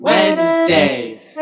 Wednesdays